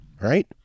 right